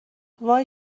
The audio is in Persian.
وای